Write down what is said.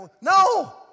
No